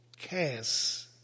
cast